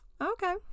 Okay